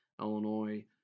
Illinois